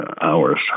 hours